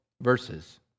verses